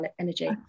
energy